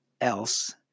else